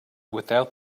without